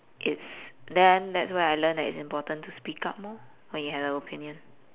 it's then that's where I learnt that it is important to speak up lor when you have an opinion